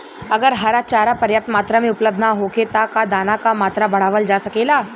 अगर हरा चारा पर्याप्त मात्रा में उपलब्ध ना होखे त का दाना क मात्रा बढ़ावल जा सकेला?